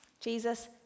Jesus